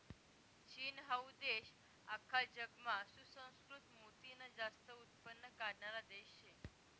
चीन हाऊ देश आख्खा जगमा सुसंस्कृत मोतीनं जास्त उत्पन्न काढणारा देश शे